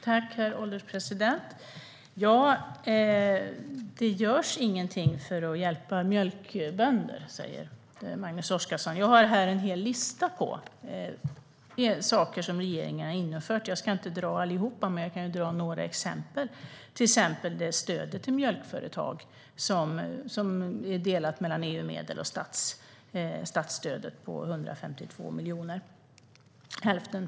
Herr ålderspresident! Det görs ingenting för att hjälpa mjölkbönderna, säger Magnus Oscarsson. Jag har här en hel lista på sådant som regeringen har infört. Jag ska inte läsa upp allihop, men jag kan ju ta upp några exempel. Stöd till mjölkproducenter har införts, varav hälften betalas av EU och hälften av svenska staten.